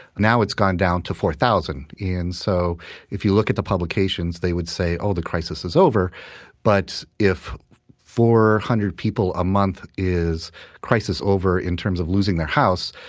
now it's gone down to four thousand. and so if you look at the publications, they would say, oh, the crisis is over but if four hundred people a month is crisis over in terms of losing their house,